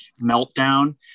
meltdown